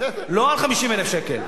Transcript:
לא על 50,000 שקל.